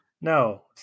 No